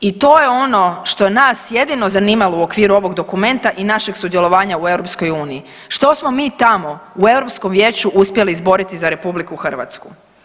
I to je ono što je nas jedino zanimalo u okviru ovog dokumenta i našeg sudjelovanja u EU, što smo mi tamo u Europskom vijeću uspjeli izboriti za RH.